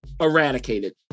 eradicated